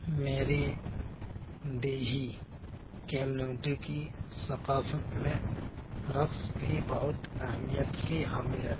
میری دیہی کیمنوٹی کی ثقافت میں رقص بھی بہت اہمیت کی حامل ہے